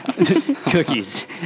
cookies